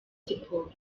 siporo